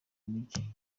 muji